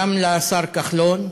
גם לשר כחלון,